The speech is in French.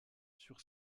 sur